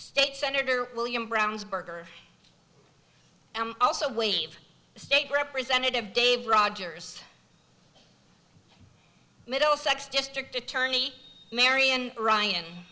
state senator william brownsburg or also wave state representative dave rogers middlesex district attorney marian ryan